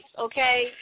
okay